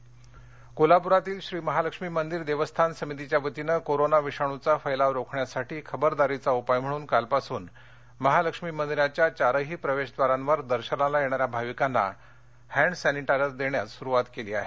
महालक्ष्मी मंदिर कोरोना कोल्हापर कोल्हाप्ररातील श्री महालक्ष्मी मंदिर देवस्थान समितीच्या वतीनं कोरोना विषाणूचा फैलाव रोखण्यासाठी खबरदारीचा उपाय म्हणून कालपासून महालक्ष्मी मंदिराच्या चारही प्रवेशव्दारांवर दर्शनाला येणाऱ्या भाविकांना हँड सँनिटायझर देण्यास सुरुवात करण्यात आली